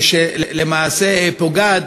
שלמעשה פוגעת